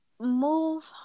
move